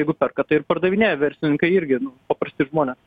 jeigu perka tai ir pardavinėja verslininkai irgi nu paprasti žmonės